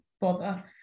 bother